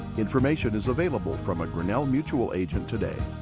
information is available from a grinnell mutual agent today.